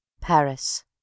PARIS